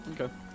Okay